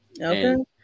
Okay